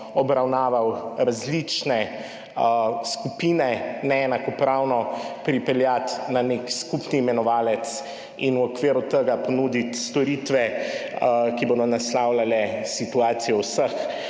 obravnaval različne skupine, neenakopravno, pripeljati na nek skupni imenovalec in v okviru tega ponuditi storitve, ki bodo naslavljale situacijo vseh,